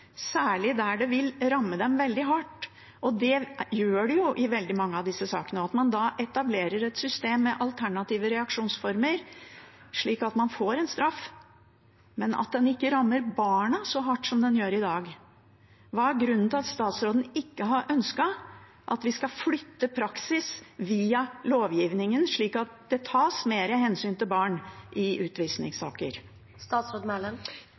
særlig der det vil ramme dem veldig hardt, og det gjør det jo i veldig mange av disse sakene – og at man etablerer et system med alternative reaksjonsformer, slik at man får en straff, men at en ikke rammer barna så hardt som en gjør i dag. Hva er grunnen til at statsråden ikke har ønsket at vi skal flytte praksis via lovgivningen slik at det tas mer hensyn til barn i